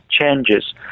changes